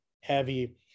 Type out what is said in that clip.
heavy